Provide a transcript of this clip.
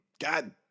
God